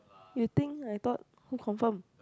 you think I thought who confirm